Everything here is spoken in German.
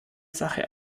sache